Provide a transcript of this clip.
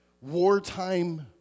wartime